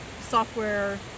software